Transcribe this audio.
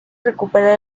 recuperar